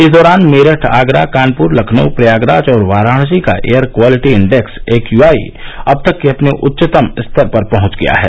इस दौरान मेरठ आगरा कानपुर लखनऊ प्रयागराज और वाराणसी का air quality index A Q I अब तक के अपने उच्चतम स्तर पर पहुंच गया है